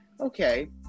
okay